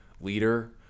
leader